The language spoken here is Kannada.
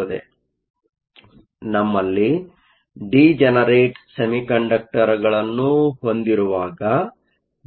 ಆದ್ದರಿಂದ ನಮ್ಮಲ್ಲಿ ಡಿಜನರೇಟ್ ಸೆಮಿಕಂಡಕ್ಟರ್ ಗಳನ್ನು ಹೊಂದಿರುವಾಗ